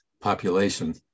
population